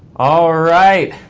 all right.